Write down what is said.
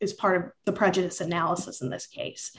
is part of the prejudice analysis in this case